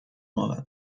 mowa